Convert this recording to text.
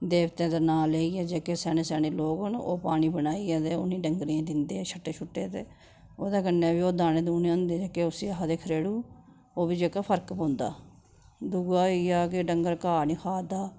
देवतें दे नांऽ लेइयै जेह्के स्याने स्याने लोक न ओह् पानी बनाइयै ते उनें डंगरें गी दिंदे छट्टे छुट्टे ते ओह्दे कन्नै बी ओह् दाने दुने होंदे जेह्के उसी आखदे खरेड़ु ओह् बी जेह्का फर्क पौंदा दूआ होई गेआ कि डंगर घा नी खा दा